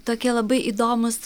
tokie labai įdomūs